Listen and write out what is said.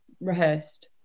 rehearsed